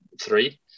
three